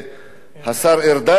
שהשר ארדן יענה,